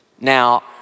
Now